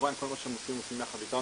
כמובן כל מה שהם עושים הם עושים יחד איתנו,